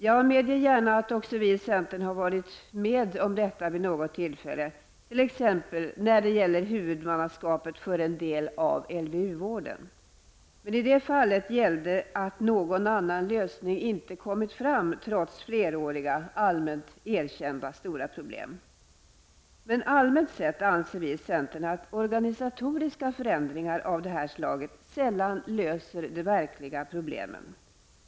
Jag medger gärna att också vi i centern har varit med på det vid något tillfälle, t.ex. när det gällde huvudmannaskapet för en del av LVU-vården. Men i det fallet hade någon annan lösning inte kommit fram trots fleråriga, allmänt erkända, stora problem. Men allmänt sett anser vi i centern att organisatoriska förändringar av det här slaget sällan löser de verkliga problemen.